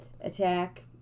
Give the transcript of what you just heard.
attack